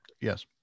Yes